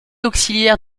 auxiliaires